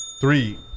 Three